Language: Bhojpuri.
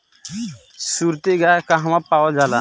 सुरती गाय कहवा पावल जाला?